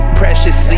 precious